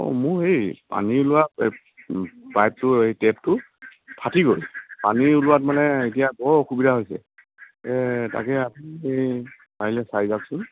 মোৰ এই পানী লোৱা পাইপটো টেপটো ফাটি গ'ল পানী ওলোৱাত মানে এতিয়া বৰ অসুবিধা হৈছে তাকে আপুনি পাৰিলে চাই যাওকচোন